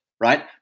right